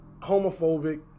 homophobic